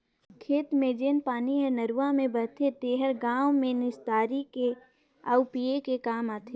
खेत के जेन पानी हर नरूवा में बहथे तेहर गांव में निस्तारी के आउ पिए के काम आथे